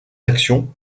action